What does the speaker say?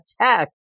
attack